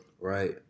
right